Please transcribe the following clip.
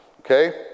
Okay